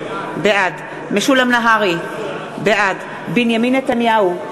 בעד משולם נהרי, בעד בנימין נתניהו,